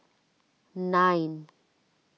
nine